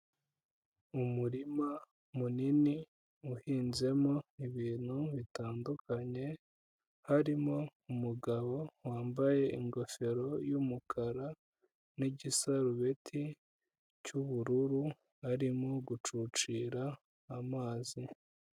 Umurima munini uhinzemo ibintu bitandukanye harimo umugabo wambaye ingofero y'umukara n'igisarubeti cy'ubururu arimo gucucira amazi.